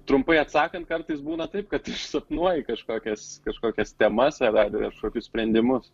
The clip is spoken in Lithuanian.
trumpai atsakant kartais būna taip kad aš sapnuoju kažkokias kažkokias temas ar ar kažkokius sprendimus